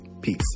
Peace